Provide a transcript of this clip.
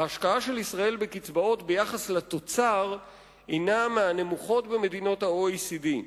ההשקעה של ישראל בקצבאות ביחס לתוצר היא מהנמוכות במדינות ה-OECD,